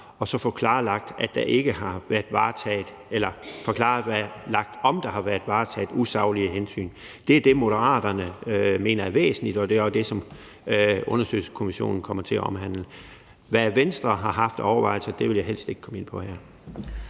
af de ledende medarbejdere og så at få klarlagt, om der har været varetaget usaglige hensyn. Det er det, Moderaterne mener er væsentligt, og det er også det, som undersøgelseskommissionen kommer til at omhandle. Hvad Venstre har haft af overvejelser, vil jeg helst ikke komme ind på her.